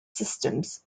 systems